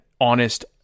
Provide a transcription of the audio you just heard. honest